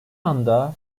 anda